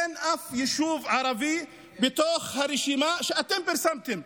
אין אף יישוב ערבי בתוך הרשימה שאתם פרסמתם.